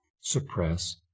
suppress